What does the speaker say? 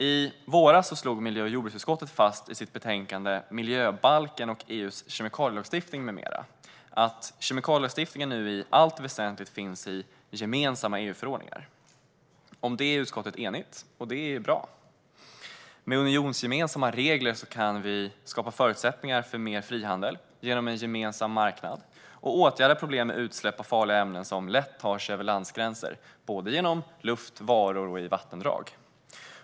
I våras slog miljö och jordbruksutskottet fast i sitt betänkande Miljöbalken och EU:s kemikalielagstiftning m.m. att kemikalielagstiftningen i allt väsentligt finns i gemensamma EU-förordningar. Om det är utskottet enigt, och det är bra. Med unionsgemensamma regler kan vi skapa förutsättningar för mer frihandel med hjälp av en gemensam marknad och åtgärda problem med utsläpp av farliga ämnen som lätt tar sig över landsgränser genom luft, varor och i vattendrag.